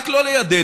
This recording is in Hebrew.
רק לא לידינו,